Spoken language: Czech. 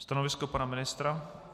Stanovisko pana ministra?